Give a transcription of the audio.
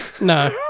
No